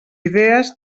idees